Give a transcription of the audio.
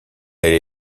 elle